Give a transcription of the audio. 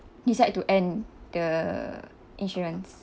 decide to end the insurance